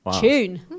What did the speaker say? Tune